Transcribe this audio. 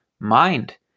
Mind